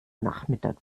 nachmittag